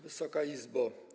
Wysoka Izbo!